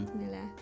nila